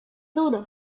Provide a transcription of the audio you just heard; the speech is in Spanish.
duro